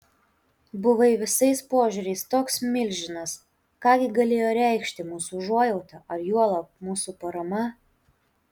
buvai visais požiūriais toks milžinas ką gi galėjo reikšti mūsų užuojauta ar juolab mūsų parama